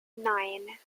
nine